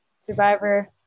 survivor